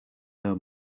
know